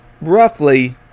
roughly